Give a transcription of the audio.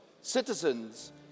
citizens